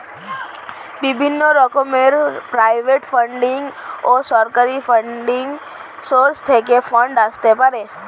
বিভিন্ন রকমের private funding ও সরকারি ফান্ডিং সোর্স থেকে ফান্ড আসতে পারে